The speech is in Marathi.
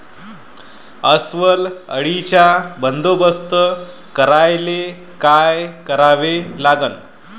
अस्वल अळीचा बंदोबस्त करायले काय करावे लागन?